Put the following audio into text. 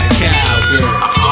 cowgirl